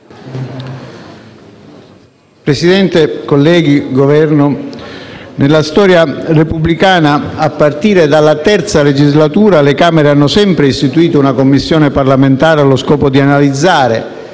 rappresentati del Governo, nella storia repubblicana, a partire dalla terza legislatura, le Camere hanno sempre istituito una Commissione parlamentare avente lo scopo di analizzare